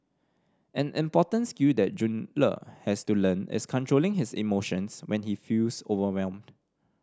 an important skill that Jun Le has to learn is controlling his emotions when he feels overwhelmed